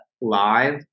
Live